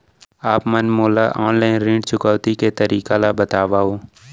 आप मन मोला ऑनलाइन ऋण चुकौती के तरीका ल बतावव?